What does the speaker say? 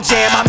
Jam